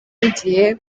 y’igihe